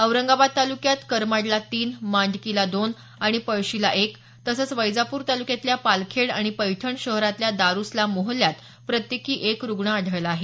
औरंगाबाद तालुक्यात करमाडला तीन मांडकीला दोन आणि पळशीला एक तसंच वैजापूर तालुक्यातल्या पालखेड आणि पैठण शहरातल्या दारुसलाम मोहल्ल्यात प्रत्येकी एक रुग्ण आढळला आहे